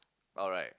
alright